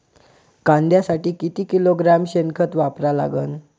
कांद्यासाठी किती किलोग्रॅम शेनखत वापरा लागन?